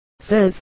says